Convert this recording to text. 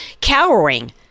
cowering